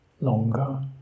longer